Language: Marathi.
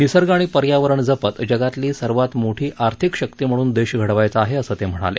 निसर्ग आणि पर्यावरण जपत जगातली सर्वात मोठी आर्थिक शक्ती म्हणून देश घडवायचा आहे असं ते म्हणाले